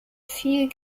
viel